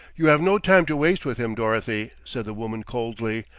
you have no time to waste with him, dorothy, said the woman coldly.